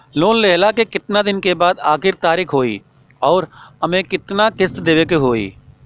Loan लेहला के कितना दिन के बाद आखिर तारीख होई अउर एमे कितना किस्त देवे के होई?